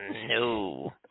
No